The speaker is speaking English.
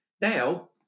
Now